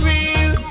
real